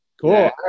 Cool